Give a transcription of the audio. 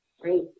Great